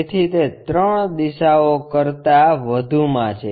તેથી તે 3 દિશાઓ કરતા વધુ માં છે